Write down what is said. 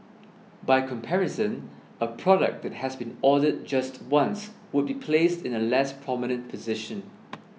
by comparison a product that has been ordered just once would be placed in a less prominent position